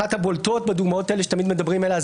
אחת הבולטות בדוגמאות האלה שתמיד מדברים עליה,